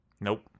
Nope